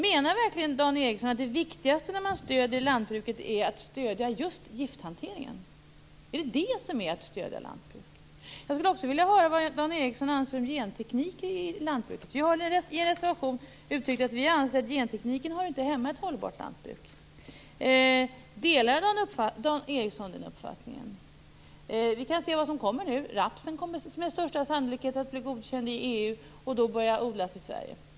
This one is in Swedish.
Menar verkligen Dan Ericsson att det viktigaste när man stöder lantbruket är att stödja just gifthanteringen? Är det det som är att stödja lantbruket? Jag skulle också vilja höra vad Dan Ericsson anser om genteknik i lantbruket. Vi har i en reservation uttryckt att gentekniken inte hör hemma i ett hållbart lantbruk. Delar Dan Ericsson den uppfattningen? Vi kan se vad som kommer nu. Rapsen kommer med största sannolikhet att bli godkänd i EU och då börja odlas i Sverige.